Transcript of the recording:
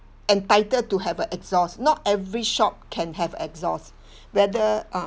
entitled to have a exhaust not every shop can have exhaust whether uh